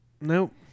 Nope